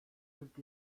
kırk